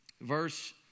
verse